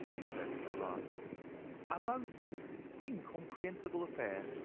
he said at last a most incomprehensible affair.